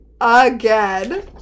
again